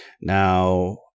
Now